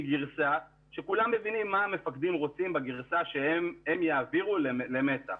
גרסה שכולם מבינים מה המפקדים רוצים בגרסה שהם יעבירו למצ"ח.